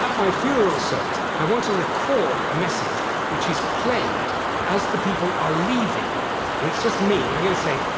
my funeral service, i want to record a message which is played as the people are leaving and it's just me. and i'm going to say,